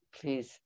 please